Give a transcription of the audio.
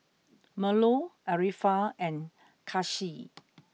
Melur Arifa and Kasih